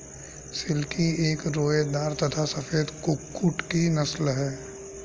silkie एक रोएदार तथा सफेद कुक्कुट की नस्ल है